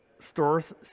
stores